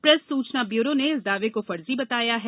press सूचना bureau ने इस दावे को फर्जी बताया है